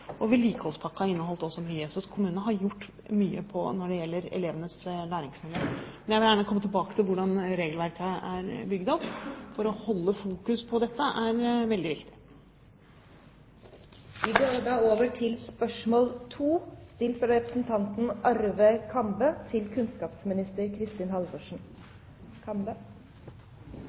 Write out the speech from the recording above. og vedlikeholdspakken inneholdt også mye. Så kommunene har gjort mye når det gjelder elevenes læringsmulighet. Men jeg vil gjerne komme tilbake til hvordan regelverket er bygd opp, for å holde fokus på dette er veldig viktig. Jeg har gleden av å stille følgende spørsmål